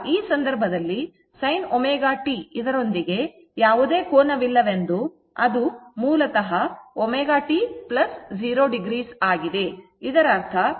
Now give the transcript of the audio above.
ಈಗ ಈ ಸಂದರ್ಭದಲ್ಲಿ sin ω t ಇದರೊಂದಿಗೆ ಯಾವುದೇ ಕೋನವಿಲ್ಲ ಎಂದು ಮೂಲತಃ ಅದು ω t 0o ಆಗಿದೆ